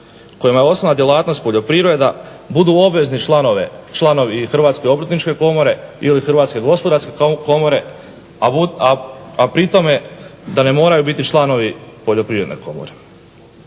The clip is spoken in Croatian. kojima je osnovna djelatnost poljoprivreda budi obvezni članovi i Hrvatske obrtničke komore ili Hrvatske gospodarske komore, a pri tome da ne moraju biti članovi poljoprivredne komore.